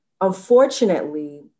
Unfortunately